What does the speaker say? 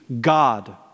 God